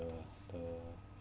uh the